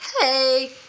Hey